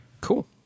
Cool